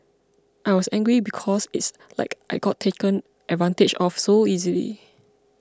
I was angry because it's like I got taken advantage of so easily